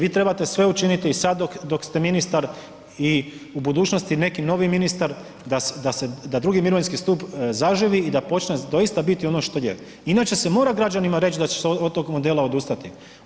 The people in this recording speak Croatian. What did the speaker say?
Vi trebate sve učiniti sada dok ste ministar i u budućnosti neki novi ministar da drugi mirovinski stup zaživi i da počne doista biti ono što je, inače se mora građanima reći da će se od tog modela odustati.